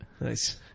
nice